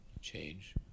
change